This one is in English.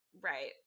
Right